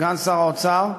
סגן שר האוצר,